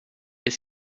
est